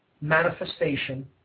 manifestation